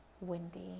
windy